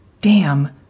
Damn